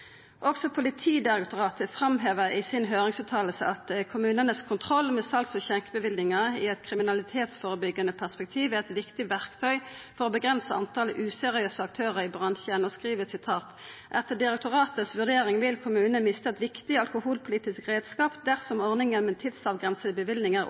Også Politidirektoratet framhevar i høyringsutsegna si at kommunanes kontroll med sals- og skjenkjebevillingar i eit kriminalitetsførebyggjande perspektiv er eit viktig verktøy for å avgrensa talet på useriøse aktørar i bransjen, og skriv: «Etter direktoratets vurdering vil kommunene miste et viktig alkoholpolitisk redskap